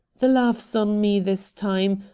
the laugh's on me this time,